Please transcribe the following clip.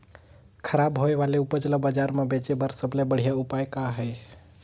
खराब होए वाले उपज ल बाजार म बेचे बर सबले बढ़िया उपाय का हे?